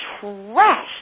trashed